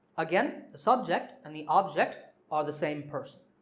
again the subject and the object are the same person